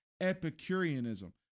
Epicureanism